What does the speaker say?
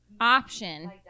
option